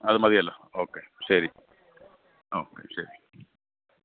അതു മതിയല്ലോ ഓക്കെ ശെരി ഓക്കെ ശരി